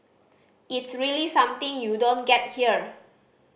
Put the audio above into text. it's really something you don't get here